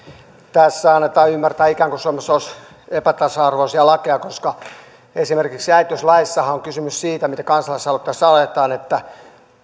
tässä ikään kuin annetaan ymmärtää että suomessa olisi epätasa arvoisia lakeja koska esimerkiksi äitiyslaissahan on kysymys siitä mitä kansalaisaloitteessa sanotaan että